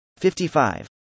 55